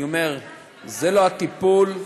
הטיפול,